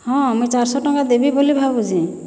ହଁ ମୁଇଁ ଚାରିଶହ ଟଙ୍କା ଦେବି ବୋଲି ଭାବୁଚେଁ